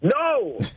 No